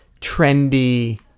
trendy